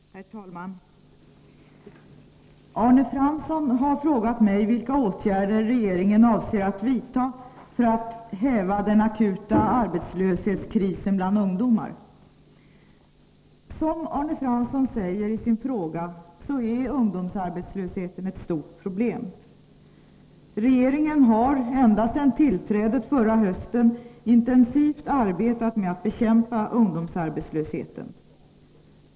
Herr talman! Arne Fransson har frågat mig vilka åtgärder regeringen avser att vidta för att häva den akuta arbetslöshetskrisen bland ungdomar. Som Arne Fransson säger i sin fråga så är ungdomsarbetslösheten ett stort problem. Regeringen har ända sedan tillträdet förra hösten intensivt arbetat med att bekämpa ungdomsarbetslösheten.